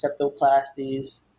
septoplasties